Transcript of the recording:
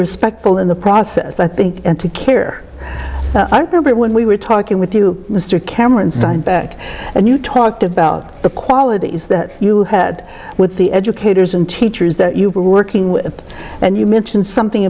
respectful in the process i think and to care but when we were talking with you mr cameron back and you talked about the qualities that you had with the educators and teachers that you were working with and you mentioned something